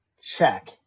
check